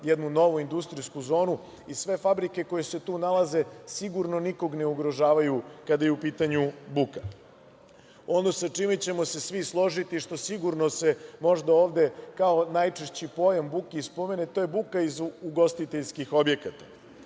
jednu novu industrijsku zonu i sve fabrike koje se tu nalaze sigurno nikoga ne ugrožavaju kada je u pitanju buka. Ono sa čime ćemo se svi složiti, što sigurno se možda ovde, kao najčešći pojam buke i spomene, to je buka iz ugostiteljskih objekata.